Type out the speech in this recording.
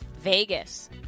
Vegas